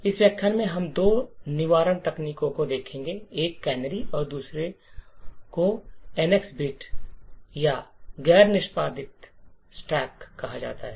इस व्याख्यान में हम दो निवारण तकनीकों को देखेंगे एक कैनरी और दूसरे को एनएक्स बिट या गैर निष्पादित स्टैक कहा जाता है